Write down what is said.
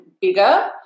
bigger